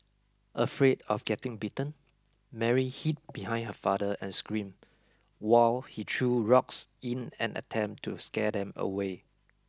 afraid of getting bitten Mary hid behind her father and screamed while he threw rocks in an attempt to scare them away